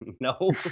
No